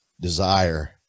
desire